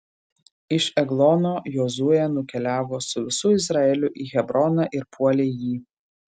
iš eglono jozuė nukeliavo su visu izraeliu į hebroną ir puolė jį